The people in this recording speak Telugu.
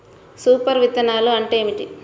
సూపర్ విత్తనాలు అంటే ఏమిటి?